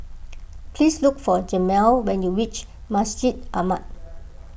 please look for Jamil when you reach Masjid Ahmad